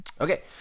okay